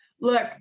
Look